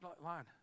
line